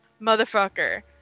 motherfucker